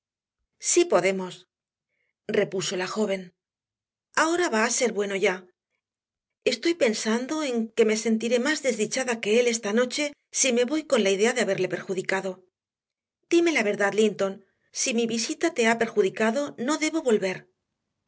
sí podemos repuso la joven ahora va a ser bueno ya estoy pensando en que me sentiré más desdichada que él esta noche si me voy con la idea de haberle perjudicado dime la verdad linton si mi visita te ha perjudicado no debo volver